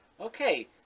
Okay